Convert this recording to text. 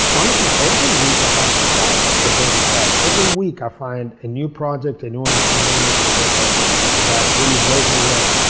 honestly, every week, i have a surprise at georgia tech. every week i find a new project, and a new initiative that that really blows me away.